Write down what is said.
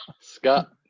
Scott